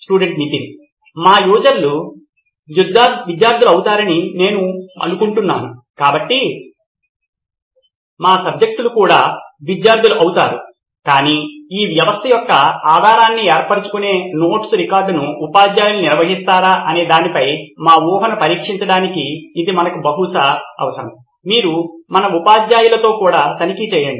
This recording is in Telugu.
స్టూడెంట్ నితిన్ మా యూజర్లు విద్యార్థులు అవుతారని నేను అనుకుంటున్నాను కాబట్టి మా సబ్జెక్టులు కూడా విద్యార్థులు అవుతారు కాని ఈ వ్యవస్థ యొక్క ఆధారాన్ని ఏర్పరుచుకునే నోట్స్ రికార్డును ఉపాధ్యాయులు నిర్వహిస్తారా అనే దానిపై మా ఊహను పరీక్షించడానికి ఇది మనకు బహుశా అవసరం మీరు మన ఉపాధ్యాయులతో కూడా తనిఖీ చేయండి